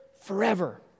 forever